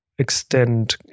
extend